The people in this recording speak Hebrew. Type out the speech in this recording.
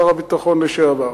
שר הביטחון לשעבר,